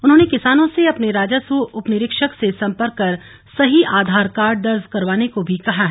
उन्होंने किसानों से अपने राजस्व उपनिरीक्षक से संपर्क कर सही आधार कार्ड दर्ज करवाने को भी कहा है